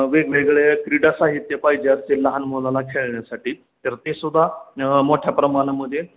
वेगवेगळे क्रीडासाहित्य पाहिजे अस लहान मुलाला खेळण्यासाठी तर तेसुद्धा मोठ्या प्रमाणामध्ये